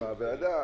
מה הוועדה.